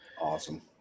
Awesome